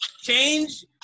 change